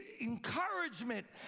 encouragement